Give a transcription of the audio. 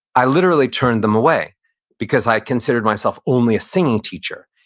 i literally turned them away because i considered myself only a singing teacher.